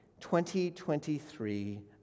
2023